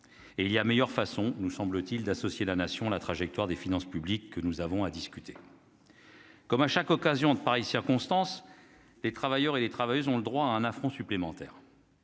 et il y a meilleur façon nous semble-t-il, d'associer la nation la trajectoire des finances publiques que nous avons à discuter. Comme à chaque occasion de pareilles circonstances, les travailleurs et les travailleuses ont le droit à un affront supplémentaire.